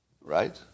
Right